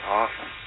awesome